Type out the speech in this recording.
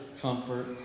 comfort